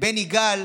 בן יגאל,